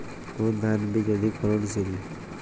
কোন ধান বীজ অধিক ফলনশীল?